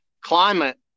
climate